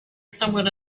someone